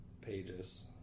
pages